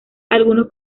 algunos